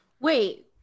wait